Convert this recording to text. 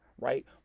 right